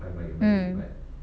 mm